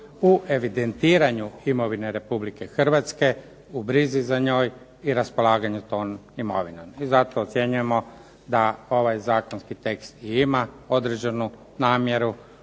u evidentiranju imovine RH, u brizi za njoj i raspolaganju tom imovinom. I zato ocjenjujemo da ovaj zakonski tekst i ima određenu namjeru